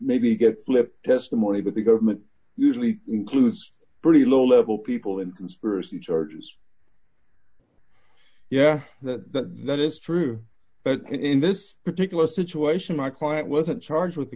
maybe get flipped testimony that the government usually includes pretty low level people in conspiracy charges yeah that that is true but in this particular situation my client wasn't charged with a